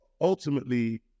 ultimately